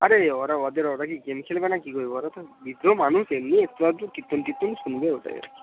আরে ওরা অর্ধেক গেম খেলবে না কি বলো তো বৃদ্ধ মানুষ এমনি একটু আধটু কীর্তন টীর্তন শুনবে ওটাই আর কি